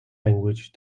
language